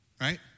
right